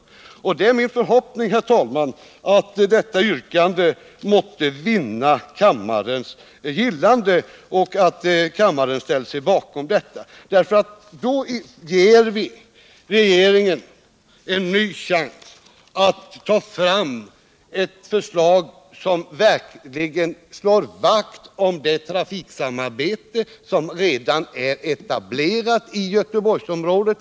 Det är min förhoppning, herr talman, att detta yrkande måtte vinna kammarens gillande och att kammaren ställer sig bakom det. Då ger vi regeringen en ny chans att ta fram ett förslag som verkligen slår vakt om det trafiksamarbete som redan är etablerat i Göteborgsområdet.